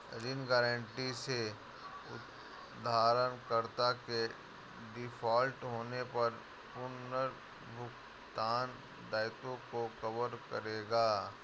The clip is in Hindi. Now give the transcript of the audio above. ऋण गारंटी से उधारकर्ता के डिफ़ॉल्ट होने पर पुनर्भुगतान दायित्वों को कवर करेगा